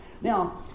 Now